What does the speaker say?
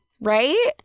Right